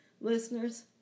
listeners